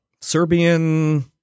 Serbian